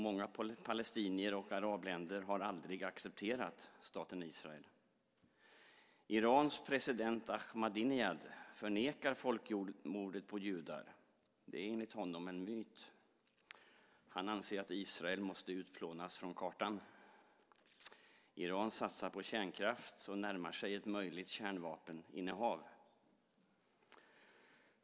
Många palestinier och arabländer har aldrig accepterat staten Israel. Irans president Ahmadinejad förnekar folkmordet på judar. Det är enligt honom en myt. Han anser att Israel måste utplånas från kartan. Iran satsar på kärnkraft och närmar sig ett möjligt kärnvapeninnehav.